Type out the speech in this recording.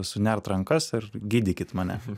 sunert rankas ir gydykit mane